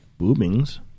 boobings